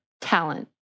talent